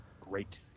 great